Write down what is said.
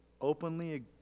openly